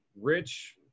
rich